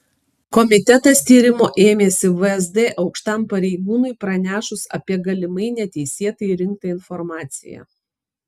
komitetas tyrimo ėmėsi vsd aukštam pareigūnui pranešus apie galimai neteisėtai rinktą informaciją